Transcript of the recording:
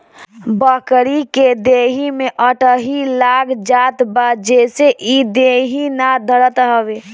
बकरी के देहि में अठइ लाग जात बा जेसे इ देहि ना धरत हवे